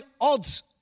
odds